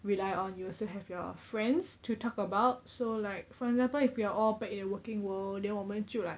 rely on you also have your friends to talk about so like for example if we are all back in the working world then 我们就 like